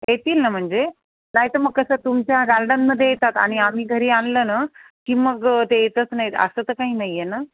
येतील ना म्हणजे नाहीतर मग कसं तुमच्या गार्डनमध्ये येतात आणि आम्ही घरी आणलं ना की मग ते येतच नाहीत असं तर काही नाही आहे ना